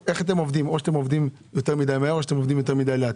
או אתם עובדים יותר מדי מהר או יותר מדי לאט.